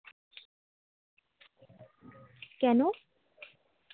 কেন